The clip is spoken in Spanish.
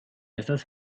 estas